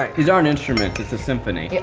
right. these aren't instruments, it's a symphony. yeah